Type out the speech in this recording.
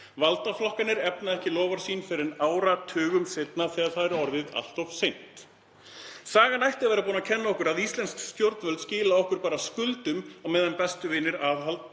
Valdaflokkarnir efna ekki loforð sín fyrr en áratugum seinna þegar það er orðið allt of seint. Sagan ætti að vera búin að kenna okkur að íslensk stjórnvöld skila okkur bara skuldum á meðan bestu vinir aðals